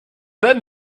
been